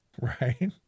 Right